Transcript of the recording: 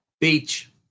Beach